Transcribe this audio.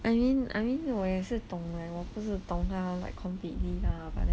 I mean I mean 我也是懂 like 我不是懂他 like completely lah